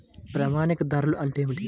ప్రామాణిక ధరలు అంటే ఏమిటీ?